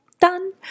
done